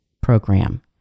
Program